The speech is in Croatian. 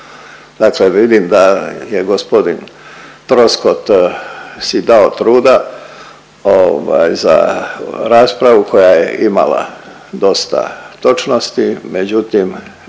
Dakle, vidim da je g. Troskot si dao truda za raspravu koja je imala dosta točnosti, međutim